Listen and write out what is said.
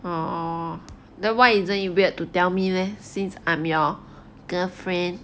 orh then why isn't it weird to tell me leh since I'm your girlfriend